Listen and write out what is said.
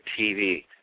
TV